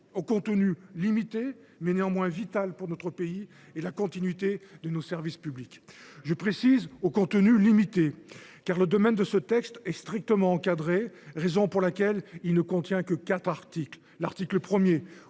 au contenu limité, mais vital pour notre pays et pour la continuité de nos services publics. Je précise bien :« au contenu limité », car le domaine de ce texte est strictement encadré, raison pour laquelle il ne contient que quatre articles. L’article 1